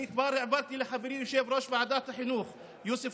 אני כבר העברתי לחברי יושב-ראש ועדת החינוך יוסף